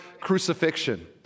crucifixion